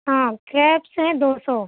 ہاں کریبس جو ہیں دو سو